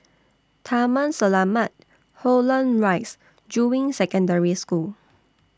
Taman Selamat Holland Rise and Juying Secondary School